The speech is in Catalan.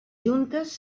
juntes